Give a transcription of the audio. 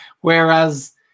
Whereas